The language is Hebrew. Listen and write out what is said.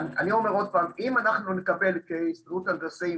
אם נקבל כהסתדרות הגמלאים